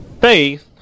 Faith